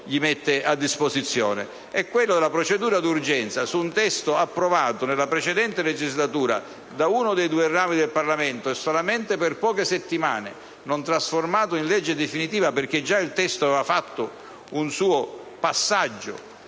disposizione: la procedura d'urgenza su un testo approvato nella precedente legislatura da uno dei due rami del Parlamento e solamente per poche settimane non trasformato in legge definitiva, perché già il testo aveva fatto un suo passaggio